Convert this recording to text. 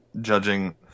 judging